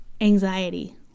Anxiety